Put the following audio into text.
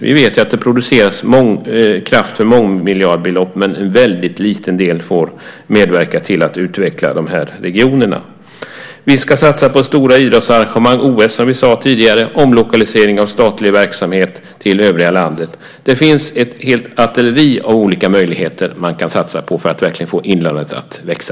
Vi vet att det produceras kraft för mångmiljardbelopp men att en väldigt liten del får medverka till att utveckla de här regionerna. Vi ska satsa på stora idrottsarrangemang - OS nämnde vi tidigare - och omlokalisering av statlig verksamhet till övriga landet. Det finns ett helt batteri av olika möjligheter man kan satsa på för att verkligen få inlandet att växa.